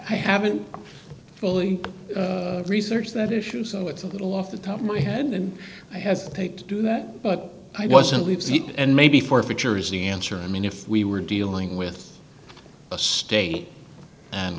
i haven't fully research that issue so it's a little off the top of my head and i hesitate to do that but i wasn't leaves it and maybe forfeiture is the answer i mean if we were dealing with a state and